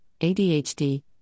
ADHD